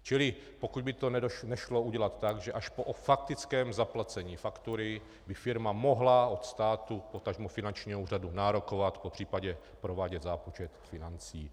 Čili pokud by to nešlo udělat tak, že až po faktickém zaplacení faktury, by firma mohla od státu, potažmo finančního úřadu, nárokovat popř., provádět zápočet financí.